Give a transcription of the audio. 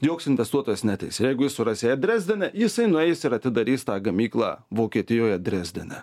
joks investuotojas neateis jeigu jis suras ją dresdene jisai nueis ir atidarys tą gamyklą vokietijoje drezdene